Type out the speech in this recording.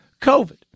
COVID